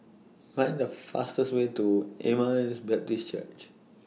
Find The fastest Way to Emmaus Baptist Church